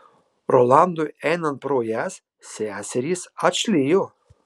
rolandui einant pro jas seserys atšlijo